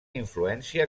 influència